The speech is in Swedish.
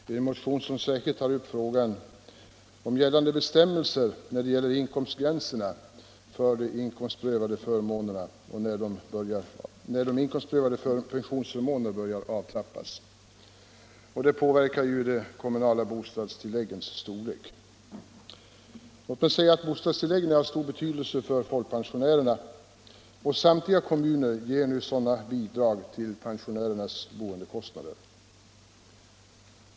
Det är en motion som särskilt tar upp frågan om gällande bestämmelser när det gäller gränserna för inkomstprövade pensionsförmåner och när dessa förmåner börjar avtrappas. Denna prövning påverkar ju de kommunala bostadstilläggens storlek. Bostadstilläggen är av stor betydelse för folkpensionärerna, och samtliga kommuner ger nu sådana bidrag till pensionärernas boendekostnader.